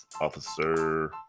officer